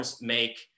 make